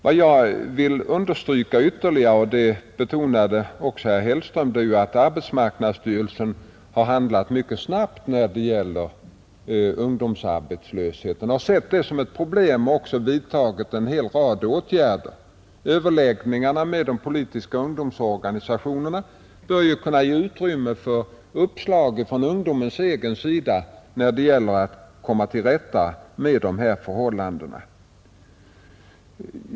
Vad jag ytterligare vill understryka — det betonade också herr Hellström — är att arbetsmarknadsstyrelsen har handlat mycket snabbt när det gäller ungdomsarbetslösheten. Man har sett det såsom ett problem och har vidtagit en hel rad åtgärder. Överläggningarna med de politiska ungdomsorganisationerna bör kunna ge utrymme för uppslag från ungdomarnas egen sida när det gäller att komma till rätta med dessa förhållanden.